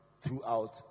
throughout